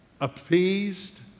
appeased